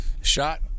shot